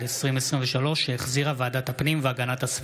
23 בעד,